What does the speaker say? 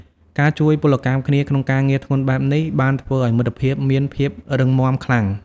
ការជួយពលកម្មគ្នាក្នុងការងារធ្ងន់បែបនេះបានធ្វើឱ្យមិត្តភាពមានភាពរឹងមាំខ្លាំង។